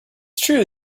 true